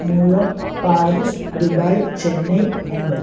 new York Paris Dubai Chennai Mumbai